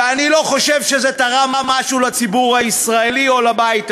ואני לא חושב שזה תרם משהו לציבור הישראלי או לבית הזה.